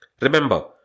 Remember